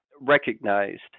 recognized